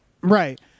right